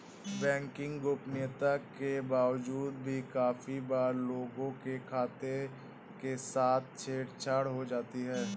banking गोपनीयता के बावजूद भी काफी बार लोगों के खातों के साथ छेड़ छाड़ हो जाती है